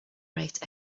rate